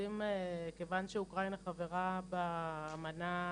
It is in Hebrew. מכיוון שאוקראינה חברה באמנה,